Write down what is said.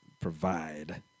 provide